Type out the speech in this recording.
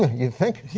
you think?